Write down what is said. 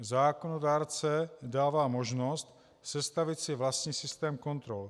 Zákonodárce dává možnost sestavit si vlastní systém kontrol.